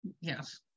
yes